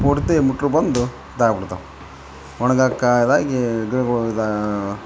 ಪೂರ್ತಿ ಮುಟ್ಲು ಬಂದು ಇದಾಗಿ ಬಿಡ್ತಾವೆ ಒಣ್ಗೋಕಾವ ಗಿಡ್ಗಳು ಇದು